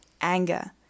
anger